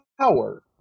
power